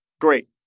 great